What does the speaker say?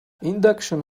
induction